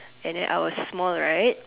and then I was small right